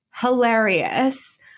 Hilarious